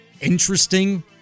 interesting